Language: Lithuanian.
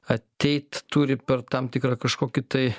ateit turi per tam tikrą kažkokį tai